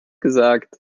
gesagt